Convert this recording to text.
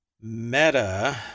Meta